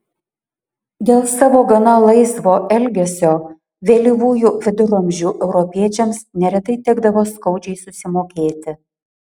dėl savo gana laisvo elgesio vėlyvųjų viduramžių europiečiams neretai tekdavo skaudžiai susimokėti